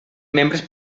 membres